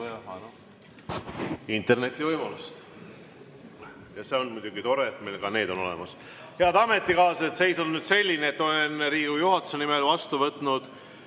See on muidugi tore, et meil ka need on olemas. Head ametikaaslased, seis on nüüd selline, et olen Riigikogu juhatuse nimel vastu võtnud